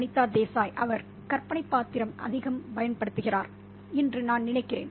அனிதா தேசாய் அவர் கற்பனைபாத்திரம்அதிகம் பயன்படுத்துகிறார் என்று நான் நினைக்கிறேன்